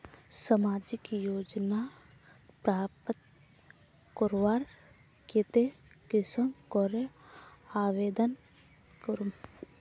सामाजिक योजना प्राप्त करवार केते कुंसम करे आवेदन करूम?